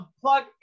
plug